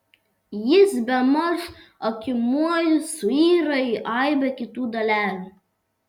jis bemaž akimoju suyra į aibę kitų dalelių